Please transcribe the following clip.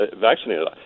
vaccinated